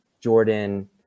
Jordan